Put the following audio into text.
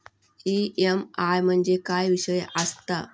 EMI म्हणजे काय विषय आसता?